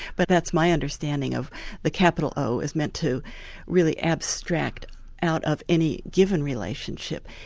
but that's my understanding of the capital o is meant to really abstract out of any given relationship,